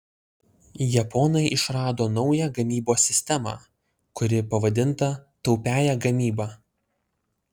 japonai išrado naują gamybos sistemą kuri pavadinta taupiąja gamyba